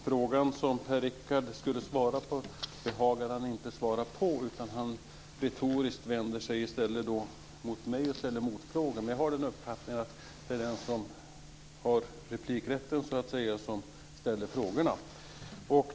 Fru talman! Frågan som Per-Richard Molén skulle svara på behagade han inte svara på. Retoriskt vänder han i stället mot mig och ställer motfrågor. Jag har den uppfattningen att det är den som har replikrätten som ställer frågorna.